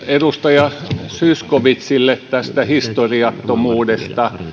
edustaja zyskowiczille tästä historiattomuudesta